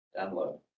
download